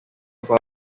favor